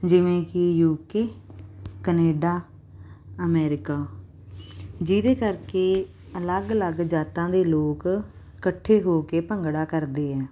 ਜਿਵੇਂ ਕਿ U K Canada America ਜਿਹਦੇ ਕਰਕੇ ਅਲੱਗ ਅਲੱਗ ਜਾਤਾਂ ਦੇ ਲੋਕ ਇਕੱਠੇ ਹੋ ਕੇ ਭੰਗੜਾ ਕਰਦੇ ਹੈ